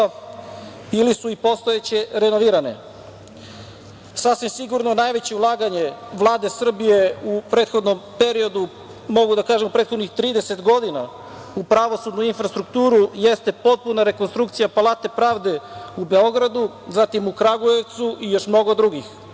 ili su postojeće renovirane. Sasvim sigurno najveće ulaganje Vlade Srbije u prethodnom periodu, mogu da kažem u prethodnih 30 godina, u pravosudnu infrastrukturu jeste potpuna rekonstrukcija Palate pravde u Beogradu, zatim u Kragujevcu i još mnogo drugih. Moram